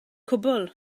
cwbl